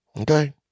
Okay